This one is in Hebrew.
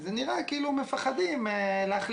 זה נראה כאילו מפחדים להחליט.